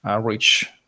reach